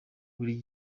buri